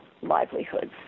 livelihoods